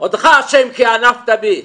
עודך ה' כי אנפת בי.